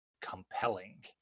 compelling